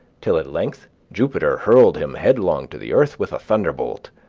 till at length jupiter hurled him headlong to the earth with a thunderbolt,